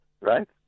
right